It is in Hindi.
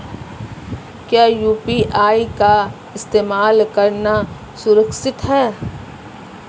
क्या यू.पी.आई का इस्तेमाल करना सुरक्षित है?